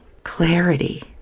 Clarity